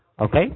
okay